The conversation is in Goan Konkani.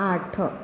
आठ